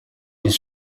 des